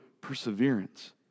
perseverance